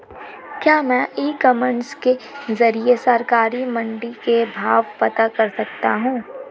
क्या मैं e commerce के ज़रिए सरकारी मंडी के भाव पता कर सकता हूँ?